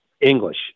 English